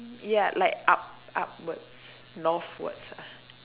ya like up upwards northwards ah